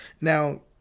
Now